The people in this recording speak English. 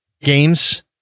games